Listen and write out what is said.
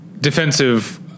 defensive